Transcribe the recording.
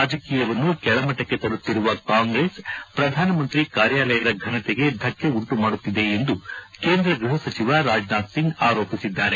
ರಾಜಕೀಯವನ್ನು ಕೆಳಮಟ್ಟಕ್ಷೆ ತರುತ್ತಿರುವ ಕಾಂಗ್ರೆಸ್ ಪ್ರಧಾನಮಂತ್ರಿ ಕಾರ್ಯಾಲಯದ ಫನತೆಗೆ ಧಕ್ಷೆ ಉಂಟು ಮಾಡುತ್ತಿದೆ ಎಂದು ಕೇಂದ್ರ ಗ್ಬಹಸಚಿವ ರಾಜನಾಥ್ ಸಿಂಗ್ ಆರೋಪಿಸಿದ್ದಾರೆ